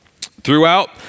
Throughout